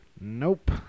Nope